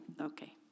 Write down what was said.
okay